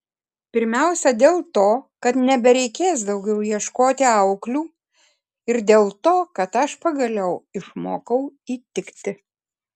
pirmiausia dėl to kad nebereikės daugiau ieškoti auklių ir dėl to kad aš pagaliau išmokau įtikti